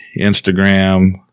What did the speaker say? Instagram